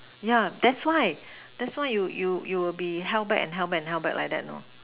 yeah that's why that's why you you you will be held back and held back like that you know